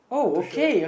to show